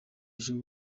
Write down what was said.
ejo